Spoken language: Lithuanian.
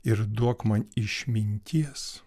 ir duok man išminties